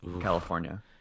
California